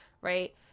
right